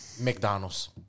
McDonald's